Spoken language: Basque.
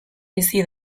bizi